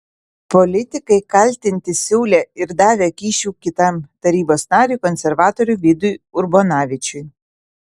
politikai kaltinti siūlę ir davę kyšių kitam tarybos nariui konservatoriui vidui urbonavičiui